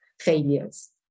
failures